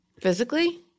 Physically